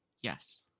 yes